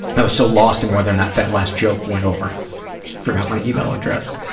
i was so lost in whether or not that last joke went over forgot my email address.